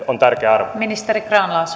on tärkeä arvo